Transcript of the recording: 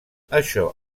això